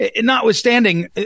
notwithstanding